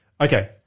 Okay